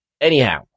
anyhow